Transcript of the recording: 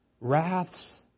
Wraths